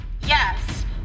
Yes